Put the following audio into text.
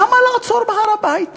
למה לעצור בהר-הבית?